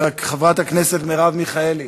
חברת הכנסת מרב מיכאלי,